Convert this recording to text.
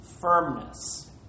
firmness